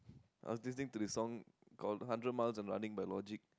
I was listening to this song called Hundred Miles and Running by logic